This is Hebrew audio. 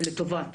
לטובת